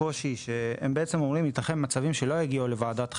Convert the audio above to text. הם בעצם אומרים שייתכן שיהיו מקרים שלא יגיעו לוועדת חריגים.